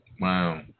Wow